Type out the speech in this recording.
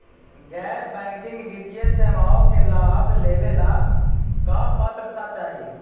गैर बैंकिंग वित्तीय सेवाओं के लाभ लेवेला का पात्रता चाही?